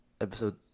Episode